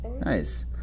Nice